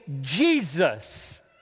Jesus